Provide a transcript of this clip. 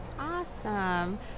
Awesome